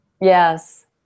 yes